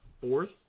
fourth